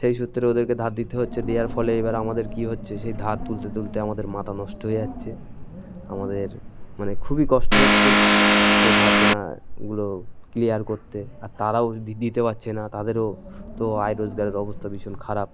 সেই সূত্রে ওদেরকে ধার দিতে হচ্ছে দেওয়ার ফলে এবার আমাদের কী হচ্ছে সেই ধার তুলতে তুলতে আমাদের মাথা নষ্ট হয়ে যাচ্ছে আমাদের মানে খুবই কষ্ট হচ্ছে সেই ধার দেনাগুলো ক্লিয়ার করতে আর তারাও দিতে পারছে না তাদেরও তো আয় রোজগারের অবস্থা ভীষণ খারাপ